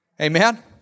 Amen